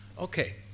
Okay